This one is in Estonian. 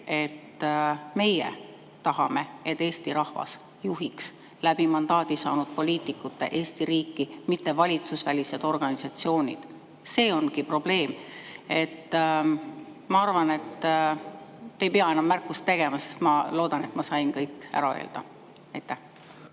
ja meie tahame, et Eesti rahvas juhiks mandaadi saanud poliitikute kaudu Eesti riiki, mitte valitsusvälised organisatsioonid. See ongi probleem. Ma arvan, et te ei pea enam märkust tegema, ma loodan, et ma sain kõik ära öelda. Aitäh,